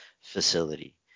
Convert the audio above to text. facility